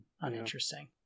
uninteresting